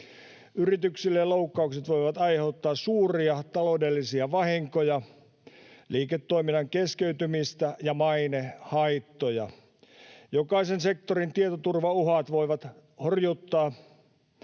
Yrityksille loukkaukset voivat aiheuttaa suuria taloudellisia vahinkoja, liiketoiminnan keskeytymistä ja mainehaittoja. Jokaisen sektorin tietoturvauhat voivat horjuttaa